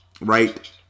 right